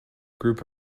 group